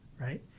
right